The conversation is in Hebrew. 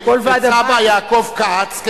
את סבא יעקב כץ,